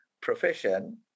profession